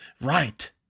Right